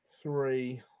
three